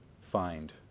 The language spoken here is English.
find